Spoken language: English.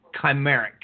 chimeric